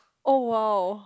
oh !wow!